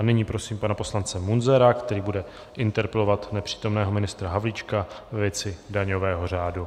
Nyní prosím pana poslance Munzara, který bude interpelovat nepřítomného ministra Havlíčka ve věci daňového řádu.